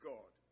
God